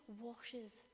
washes